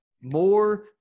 more